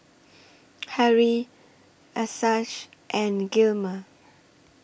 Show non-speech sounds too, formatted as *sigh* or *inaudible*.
*noise* Harrie Achsah and Gilmer